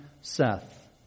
Seth